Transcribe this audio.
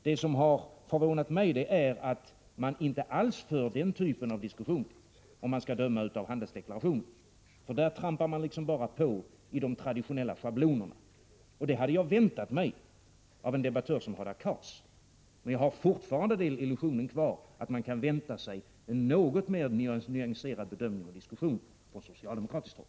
Det som har förvånat mig är att man inte alls för den typen av diskussion, om man skall döma av handelsdeklarationen. Där trampar man bara på i de traditionella schablonerna. Det hade jag väntat mig av en debattör som Hadar Cars, men jag har fortfarande den illusionen kvar att man kan vänta sig en något mer nyanserad bedömning och diskussion från socialdemokratiskt håll.